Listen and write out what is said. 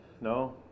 No